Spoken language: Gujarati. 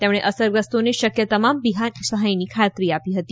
તેમણે અસરગ્રસ્તોને શક્ય તમામ સહાયની ખાતરી આપી હતી